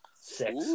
six